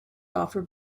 offer